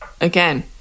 again